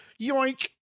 Yoink